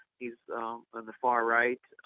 he's on the far right.